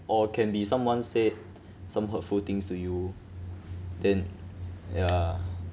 or can be someone said some hurtful things to you then ya